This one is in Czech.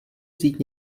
vzít